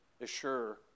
assure